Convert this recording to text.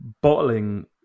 bottling